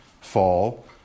fall